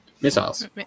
Missiles